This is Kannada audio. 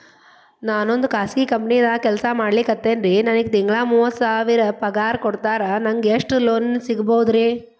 ನಾವೊಂದು ಖಾಸಗಿ ಕಂಪನಿದಾಗ ಕೆಲ್ಸ ಮಾಡ್ಲಿಕತ್ತಿನ್ರಿ, ನನಗೆ ತಿಂಗಳ ಮೂವತ್ತು ಸಾವಿರ ಪಗಾರ್ ಕೊಡ್ತಾರ, ನಂಗ್ ಎಷ್ಟು ಲೋನ್ ಸಿಗಬೋದ ರಿ?